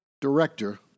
director